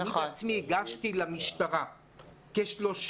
אני בעצמי הגשתי למשטרה כ-30